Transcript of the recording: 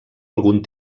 algun